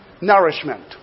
Nourishment